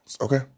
Okay